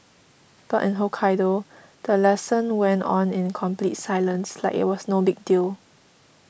but in Hokkaido the lesson went on in complete silence like it was no big deal